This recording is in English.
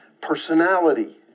personality